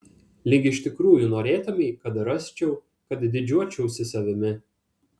lyg iš tikrųjų norėtumei kad rasčiau kad didžiuočiausi savimi